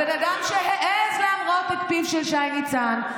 הבן אדם שהעז להמרות את פיו של שי ניצן,